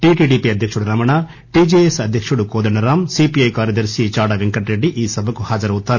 TTDP అధ్యక్షుడు Ramana TJS అధ్యక్షుడు Kodandaram CPI కార్యదర్ని చాడ పెంకట రెడ్డి ఈ సభకు హాజరవుతారు